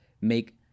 make